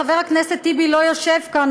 חבר הכנסת טיבי לא יושב כאן,